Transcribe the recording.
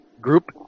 Group